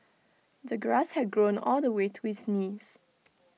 the grass had grown all the way to his knees